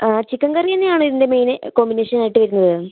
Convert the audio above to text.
chicken curry തന്നെ ആണോ ഇതിൻ്റെ മെയിൻ കോമ്പിനേഷൻ ആയിട്ട് വരുന്നത്